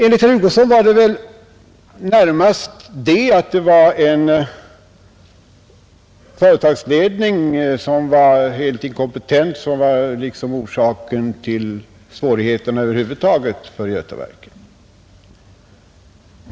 Enligt herr Hugosson skulle det närmast vara så att en helt inkompetent företagsledning var orsaken till svårigheterna över huvud taget för Götaverken.